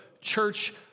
church